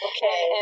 Okay